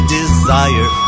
desire